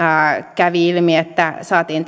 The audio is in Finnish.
kävi ilmi että tästä saatiin